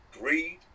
greed